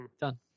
done